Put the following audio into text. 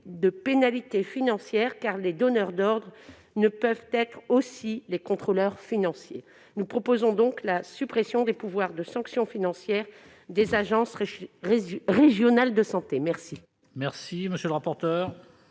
de pénalités financières : les donneurs d'ordre ne peuvent pas être aussi les contrôleurs financiers. Nous proposons donc la suppression des pouvoirs de sanction financière des ARS. Quel est l'avis